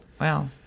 Wow